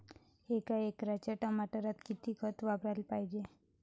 एका एकराच्या टमाटरात किती खत वापराले पायजे?